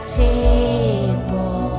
table